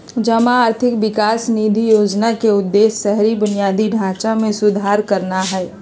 जमा आर्थिक विकास निधि जोजना के उद्देश्य शहरी बुनियादी ढचा में सुधार करनाइ हइ